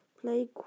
Play